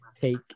take